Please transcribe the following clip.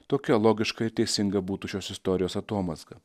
tokia logiška ir teisinga būtų šios istorijos atomazga